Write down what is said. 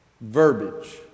verbiage